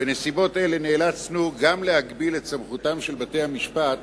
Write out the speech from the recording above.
בנסיבות אלה נאלצנו גם להגביל את סמכותם של בתי-המשפט